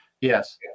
Yes